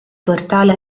portale